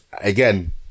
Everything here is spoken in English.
again